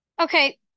Okay